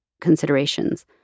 considerations